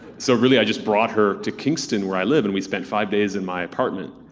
so really, i just brought her to kingston where i live, and we spent five days in my apartment,